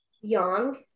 young